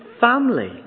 family